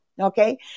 Okay